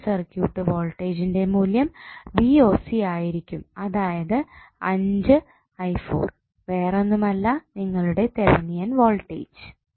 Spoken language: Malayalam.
ഓപ്പൺ സർക്യൂട്ട് വോൾട്ടേജ്ജിന്റെ മൂല്യം ആയിരിക്കും അതായത് വേറൊന്നുമല്ല നിങ്ങളുടെ തെവനിയൻ വോൾടേജ്